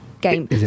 game